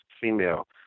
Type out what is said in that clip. female